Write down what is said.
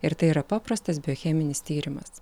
ir tai yra paprastas biocheminis tyrimas